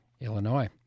Illinois